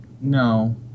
no